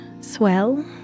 swell